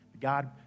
God